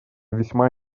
весьма